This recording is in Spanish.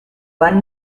van